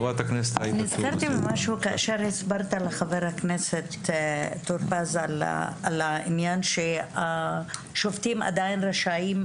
נזכרתי במשהו כאשר הסברת לחבר הכנסת טור פז את זה שהשופטים עדיין רשאים,